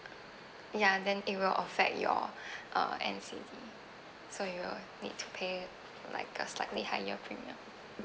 ya then it will affect your uh N_C_D so you'll need to pay like a slightly higher premium